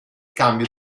cambio